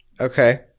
Okay